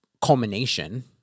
culmination